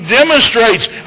demonstrates